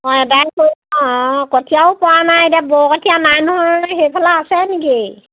অঁ এদায় কৰিলোঁ অঁ কঠীয়াও পৰা নাই এতিয়া বৰকঠীয়া নাই নহয় সেইফালে আছে নেকি